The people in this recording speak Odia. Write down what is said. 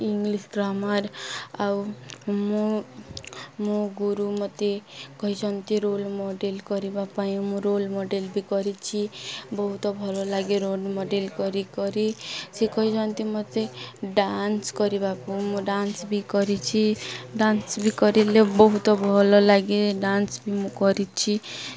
ଇଂଲିଶ ଗ୍ରାମର୍ ଆଉ ମୁଁ ମୋ ଗୁରୁ ମୋତେ କହିଛନ୍ତି ରୋଲ୍ ମଡ଼େଲ କରିବା ପାଇଁ ମୁଁ ରୋଲ୍ ମଡ଼େଲ ବି କରିଛି ବହୁତ ଭଲ ଲାଗେ ରୋଲ୍ ମଡ଼େଲ କରିିକି ସେ କହିଛନ୍ତି ମୋତେ ଡାନ୍ସ କରିବାକୁ ମୁଁ ଡାନ୍ସ ବି କରିଛି ଡାନ୍ସ ବି କରିଲେ ବହୁତ ଭଲ ଲାଗେ ଡାନ୍ସ ବି ମୁଁ କରିଛି